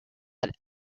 had